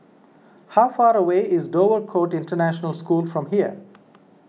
how far away is Dover Court International School from here